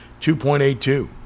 2.82